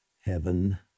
Heaven